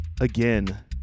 Again